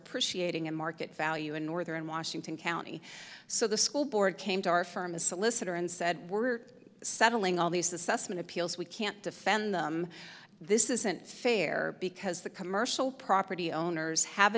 appreciating in market value in northern washington county so the school board came to our firm a solicitor and said we're settling all these the sussman appeals we can't defend them this isn't fair because the commercial property owners have